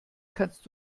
kannst